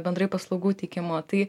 bendrai paslaugų teikimo tai